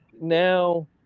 now